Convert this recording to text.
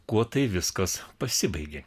kuo tai viskas pasibaigė